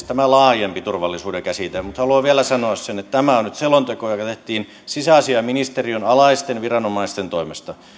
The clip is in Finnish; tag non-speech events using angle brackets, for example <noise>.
<unintelligible> tämä laajempi turvallisuuden käsite on asiallinen huoli mutta haluan vielä sanoa sen että tämä on nyt selonteko joka tehtiin sisäasiainministeriön alaisten viranomaisten toimesta